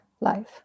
life